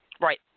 Right